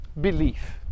belief